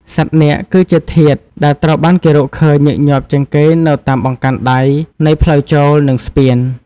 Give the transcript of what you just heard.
សត្វនាគ គឺជាធាតុដែលត្រូវបានគេរកឃើញញឹកញាប់ជាងគេនៅតាមបង្កាន់ដៃនៃផ្លូវចូល និងស្ពាន។